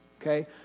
okay